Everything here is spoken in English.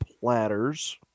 platters